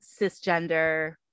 cisgender